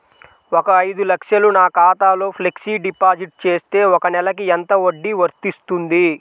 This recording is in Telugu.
ఒక ఐదు లక్షలు నా ఖాతాలో ఫ్లెక్సీ డిపాజిట్ చేస్తే ఒక నెలకి ఎంత వడ్డీ వర్తిస్తుంది?